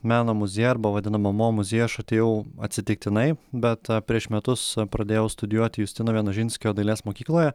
meno muziejų arba vadinamą mo muziejų aš atėjau atsitiktinai bet prieš metus pradėjau studijuoti justino vienožinskio dailės mokykloje